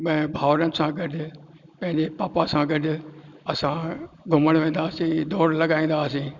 ऐं भाउरनि सां गॾु पंहिंजे पापा सां गॾु असां घुमणु वेंदा हुआसीं दौड़ लॻाईंदा हुआसीं